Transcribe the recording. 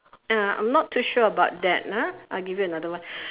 uh I'm not too sure about that ah I'll give you another one